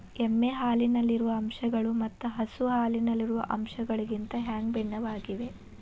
ಎಮ್ಮೆ ಹಾಲಿನಲ್ಲಿರುವ ಅಂಶಗಳು ಮತ್ತ ಹಸು ಹಾಲಿನಲ್ಲಿರುವ ಅಂಶಗಳಿಗಿಂತ ಹ್ಯಾಂಗ ಭಿನ್ನವಾಗಿವೆ?